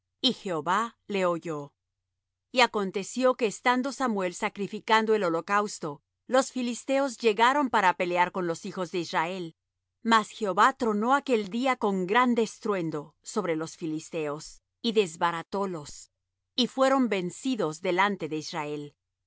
y jehová le oyó y aconteció que estando samuel sacrificando el holocausto los filisteos llegaron para pelear con los hijos de israel mas jehová tronó aquel día con grande estruendo sobre los filisteos y desbaratólos y fueron vencidos delante de israel